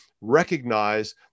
recognize